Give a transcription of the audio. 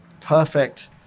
perfect